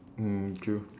mm true